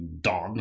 dog